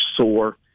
sore